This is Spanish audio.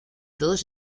todos